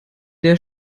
der